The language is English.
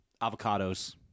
avocados